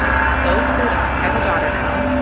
so screwed up. i have a daughter now.